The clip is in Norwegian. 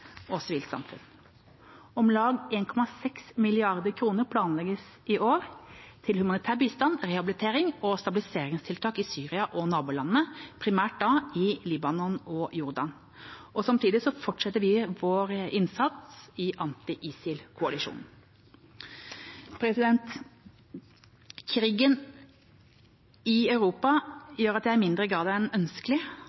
og sivilt samfunn. Om lag 1,6 mrd. kr planlegges i år til humanitær bistand, rehabilitering og stabiliseringstiltak i Syria og nabolandene, primært Libanon og Jordan. Samtidig fortsetter vi vår innsats i anti-ISIL-koalisjonen. Krigen i Europa